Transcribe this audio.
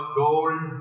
gold